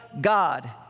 God